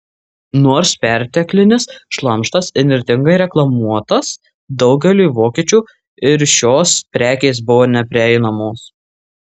nors perteklinis šlamštas įnirtingai reklamuotas daugeliui vokiečių ir šios prekės buvo neprieinamos